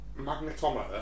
magnetometer